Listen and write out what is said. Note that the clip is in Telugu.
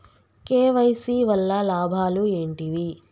కే.వై.సీ వల్ల లాభాలు ఏంటివి?